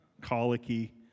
colicky